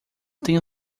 tenho